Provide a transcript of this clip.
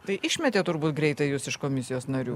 tai išmetė turbūt greitai jus iš komisijos narių